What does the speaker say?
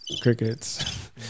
crickets